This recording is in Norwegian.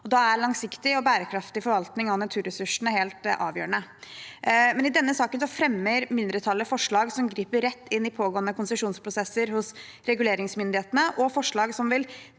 Da er langsiktig og bærekraftig forvaltning av naturressursene helt avgjørende. I denne saken fremmer mindretallet imidlertid forslag som griper rett inn i pågående konsesjonsprosesser hos reguleringsmyndighetene, og forslag som vil